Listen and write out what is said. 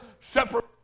separate